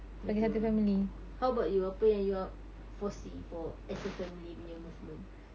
betul how about you apa yang you uh foresee for as a family punya movement